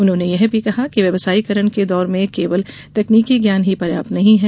उन्होंने कहा कि व्यावसायीकरण के दौर में केवल तकनीकी ज्ञान ही पर्याप्त नहीं है